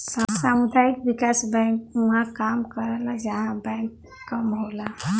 सामुदायिक विकास बैंक उहां काम करला जहां बैंक कम होला